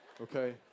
Okay